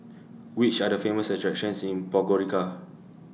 Which Are The Famous attractions in Podgorica